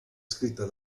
scritta